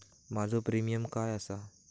माझो प्रीमियम काय आसा?